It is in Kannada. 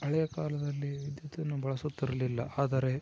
ಹಳೇಕಾಲದಲ್ಲಿ ವಿದ್ಯುತ್ತನ್ನು ಬಳಸುತ್ತಿರಲಿಲ್ಲ ಆದರೆ